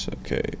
Okay